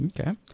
Okay